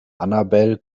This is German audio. annabel